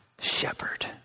shepherd